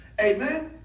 Amen